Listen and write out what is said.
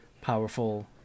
powerful